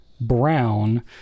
brown